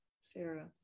Sarah